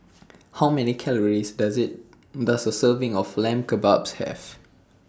How Many Calories Does IT Does A Serving of Lamb Kebabs Have